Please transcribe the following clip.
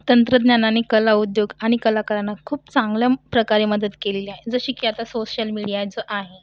तंत्रज्ञान आणि कला उद्योग आणि कलाकारांना खूप चांगल्या म् प्रकारे मदत केलेली आहे जसे की आता सोशल मीडियाचं आहे